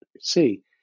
see